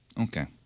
Okay